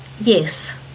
yes